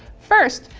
first,